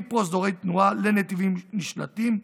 מפרוזדורי תנועה לנתיבים משניים,